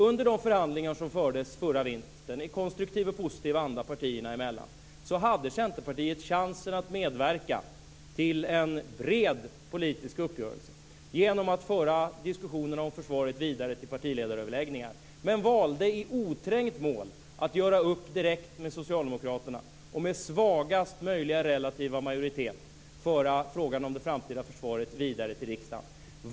Under de förhandlingar som fördes förra vintern i konstruktiv och positiv anda partierna emellan hade Centerpartiet chansen att medverka till en bred politisk uppgörelse genom att föra diskussionen om försvaret vidare till partiledaröverläggningar men valde i oträngt mål att göra upp direkt med Socialdemokraterna och med svagast möjliga relativa majoritet föra frågan om det framtida försvaret vidare till riksdagen.